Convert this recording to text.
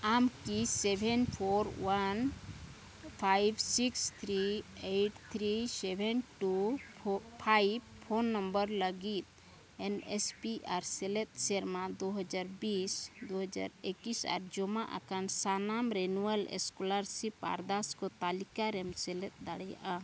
ᱟᱢ ᱠᱤ seven four one five six three eight three seven two four five phone number ᱞᱟᱹᱜᱤᱫ N S P R ᱥᱮᱞᱮᱫ ᱥᱮᱨᱢᱟ ᱫᱩ ᱦᱟᱡᱟᱨ ᱵᱤᱥ ᱫᱩ ᱦᱟᱡᱟᱨ ᱮᱠᱤᱥ ᱟᱨ ᱡᱚᱢᱟ ᱟᱠᱟᱱ ᱥᱟᱱᱟᱢ ᱨᱮᱱᱩᱣᱟᱞ ᱥᱠᱚᱞᱟᱨᱥᱤᱯ ᱟᱨᱫᱟᱥ ᱠᱚ ᱛᱟᱞᱤᱠᱟ ᱨᱮᱢ ᱥᱮᱞᱮᱫ ᱫᱟᱲᱮᱭᱟᱜᱼᱟ